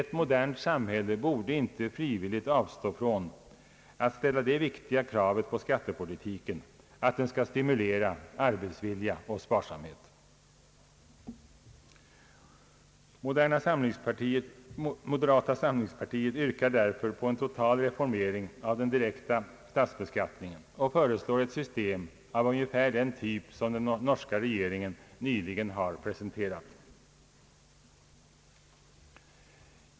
Ett modernt samhälle borde inte frivilligt avstå från att ställa det viktiga kravet på skattepolitiken att den skall stimulera arbetsvilja och sparsamhet. Moderata samlingspartiet yrkar därför på en total reformering av den direkta statsbeskattningen och föreslår ett system av ungefär den typ som den norska regeringen nyligen har presenterat.